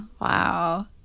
Wow